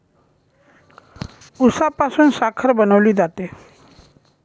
उसापासून साखर बनवली जाते